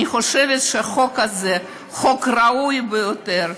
אני חושבת שהחוק הזה הוא חוק ראוי ביותר,